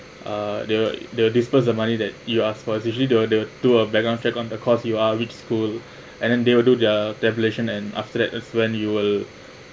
uh they'll they'll disbursed the money that you ask for especially the the tour background check on the course you are which school and then they will do their tabulation and after that that when you will